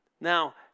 now